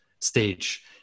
stage